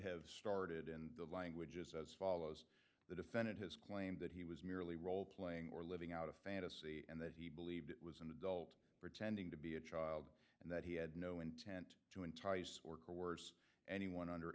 have started and the language is as follows the defendant has claimed that he was merely role playing or living out a fantasy and that he believed it was an adult pretending to be a child and that he had no intent to entice or coerce anyone under